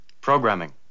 programming